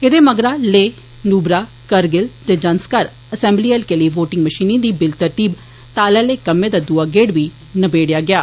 एह्दे मगरा लेह नूबरा कारगिल ते जन्सकार असैंबली हल्कें लेई वोटिंग मषीनें दी बिलातरतीब ताल आहले कम्मै दा दूआ गेड़ बी नबेड़ेआ गेआ